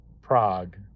Prague